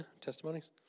testimonies